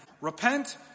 Repent